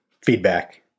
feedback